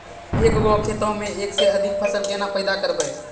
एक गो खेतो मे एक से अधिक फसल केना पैदा करबै?